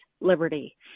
liberty